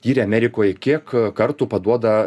tyrė amerikoj kiek kartų paduoda